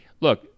look